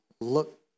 look